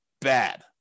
Bad